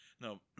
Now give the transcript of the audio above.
No